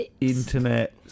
Internet